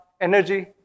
energy